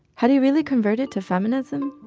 had he really converted to feminism?